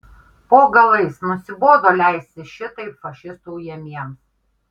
po galais nusibodo leistis šitaip fašistų ujamiems